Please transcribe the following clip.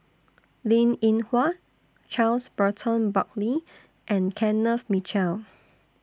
Linn in Hua Charles Burton Buckley and Kenneth Mitchell